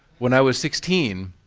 when i was sixteen,